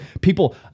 people